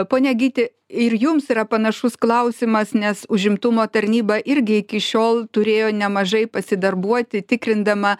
pone gyti ir jums yra panašus klausimas nes užimtumo tarnyba irgi iki šiol turėjo nemažai pasidarbuoti tikrindama